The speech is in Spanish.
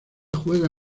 juega